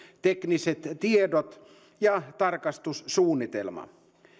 tekniset tiedot ja tarkastussuunnitelma